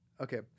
Okay